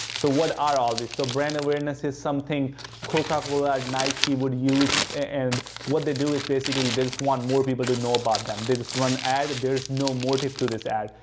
so, what are all these? so, brand awareness is something coca cola, nike would use. and what they do is basically this one more people didn't know about them. they just run ad, there's no motive to this ad.